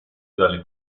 dalle